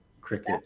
cricket